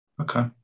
Okay